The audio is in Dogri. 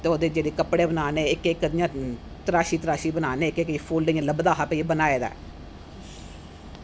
ते ओहदे जेहडे़ कपडे़ बनाने इक इक इया तराशी तराशी बनाने इक इक फुल इयां लभदा हा भाई एह् बनाए दा ऐ